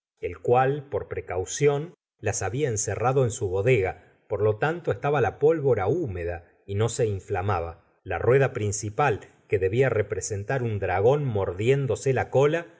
el cual por precaución las había encerrado en su bodega por lo tanto estaba ja pólvora húmeda y no se inflamaba la rueda principal que debía representar un dragón mordiéndose la cola